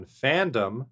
fandom